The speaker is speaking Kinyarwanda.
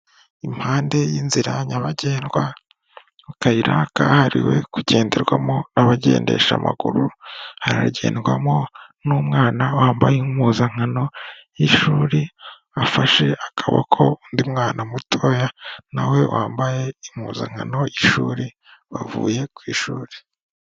Impande y'inzira nyabagendwa mu kayira kahariwe kugenderwamo n'abagendesha amaguru, haragendwamo n'umwana wambaye impuzankano y'ishuri, afashe akaboko undi mwana mutoya na we wambaye impuzankano y'ishuri bavuye ku ishuri.